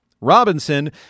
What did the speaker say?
Robinson